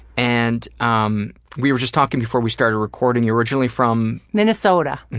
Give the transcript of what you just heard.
and um we were just talking before we started recording. you're originally from. minnesota.